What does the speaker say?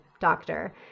doctor